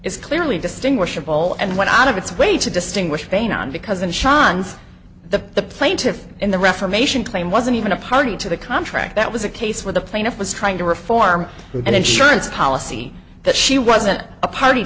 is clearly distinguishable and went out of its way to distinguish pain and because in shines the plaintiff in the reformation claim wasn't even a party to the contract that was a case where the plaintiff was trying to reform an insurance policy that she wasn't a party